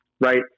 Right